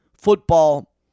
football